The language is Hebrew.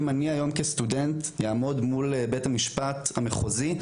אם אני היום כסטודנט יעמוד מול בית המשפט המחוזי,